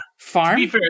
Farm